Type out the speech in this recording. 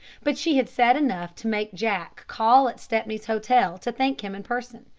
but she had said enough to make jack call at stepney's hotel to thank him in person.